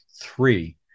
three